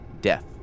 death